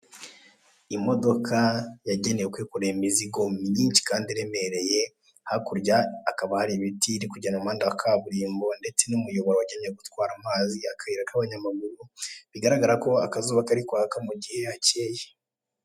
Imodoka yagenewe kwikorera imizigo myinshi kandi iremereye, hakurya hakaba har'ibiti iri kugenda mu muhanda wa kaburimbo, ndetse n'umuyoboro wagenewe gutwara amazi akayira k'abanyamaguru bigaragara ko akazuba kari kwaka mu gihe hacyeye.